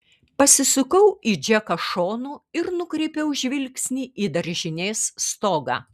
pasisukau į džeką šonu ir nukreipiau žvilgsnį į daržinės stogą